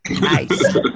Nice